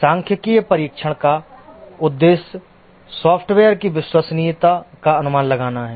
सांख्यिकीय परीक्षण का उद्देश्य सॉफ्टवेयर की विश्वसनीयता का अनुमान लगाना है